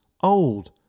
old